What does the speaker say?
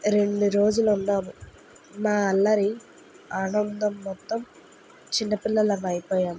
రెండు రోజులు ఉన్నాము నా అల్లరి ఆనందం మొత్తం చిన్నపిల్లలమయిపోయాం